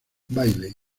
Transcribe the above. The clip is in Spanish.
bailey